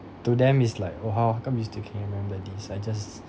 to them it's like oh how how come you still can remember this I just